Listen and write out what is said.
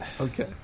Okay